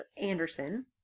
Anderson